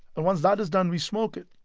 and once that is done we smoke it.